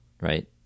right